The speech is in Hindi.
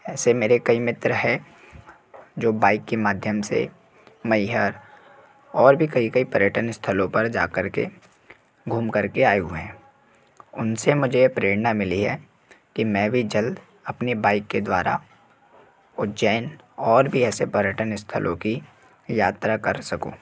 ऐसे मेरे कई मित्र है जो बाइक के माध्यम से मैहर और भी कई कई पर्यटन स्थलों पर जाकर के घूम करके आए हुए हैं उनसे मुझे प्रेरणा मिली है कि मैं भी जल्द अपने बाइक के द्वारा उज्जैन और भी ऐसे पर्यटन स्थलों कि यात्रा कर सकूँ